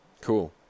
Cool